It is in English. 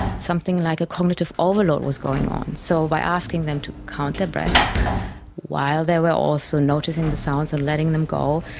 something like a cognitive overload was going on. so by asking them to count their breath while they were also noticing the sounds and letting them go,